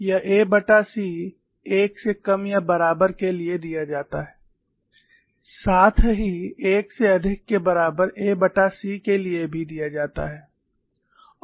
यह ac 1 से कम या बराबर के लिए दिया जाता है साथ ही 1 से अधिक के बराबर ac के लिए भी दिया जाता है